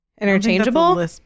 interchangeable